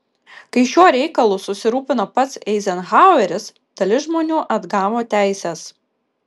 kai šiuo reikalu susirūpino pats eizenhaueris dalis žmonių atgavo teises